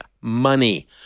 money